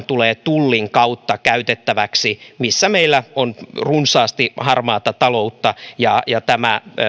tulee tullin kautta käytettäväksi nimenomaan sinne missä meillä on runsaasti harmaata taloutta ja ja